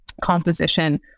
composition